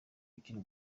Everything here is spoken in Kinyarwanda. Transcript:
ukina